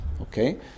Okay